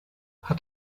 hat